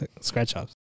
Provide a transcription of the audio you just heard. scratch-offs